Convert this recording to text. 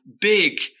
big